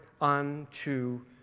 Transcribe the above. unto